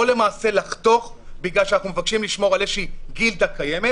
או למעשה לחתוך בגלל שאנחנו מבקשים לשמור על איזה גילדה קיימת.